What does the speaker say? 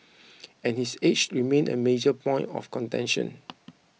and his age remain a major point of contention